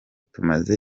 tumaze